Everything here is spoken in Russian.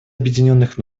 объединенных